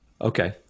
okay